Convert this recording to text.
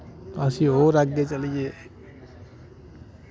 असी होर अग्गे चली गे